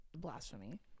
blasphemy